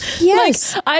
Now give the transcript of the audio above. yes